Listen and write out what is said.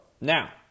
now